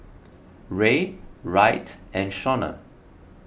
Ray Wright and Shaunna